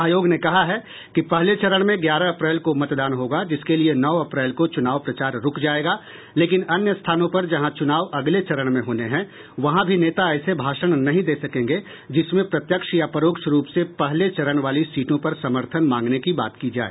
आयोग ने कहा है कि पहले चरण में ग्यारह अप्रैल को मतदान होगा जिसके लिये नौ अप्रैल को चुनाव प्रचार रूक जायेगा लेकिन अन्य स्थानों पर जहां चुनाव अगले चरण में होने हैं वहां भी नेता ऐसे भाषण नहीं दे सकेंगे जिसमें प्रत्यक्ष या परोक्ष रूप से पहले चरण वाली सीटों पर समर्थन मांगने की बात की जाय